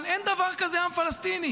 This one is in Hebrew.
אבל אין דבר כזה עם פלסטיני.